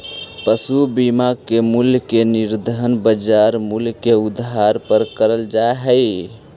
पशु बीमा के मूल्य का निर्धारण बाजार मूल्य के आधार पर करल जा हई